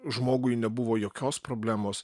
žmogui nebuvo jokios problemos